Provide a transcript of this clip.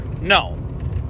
No